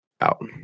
Out